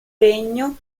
regno